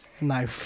No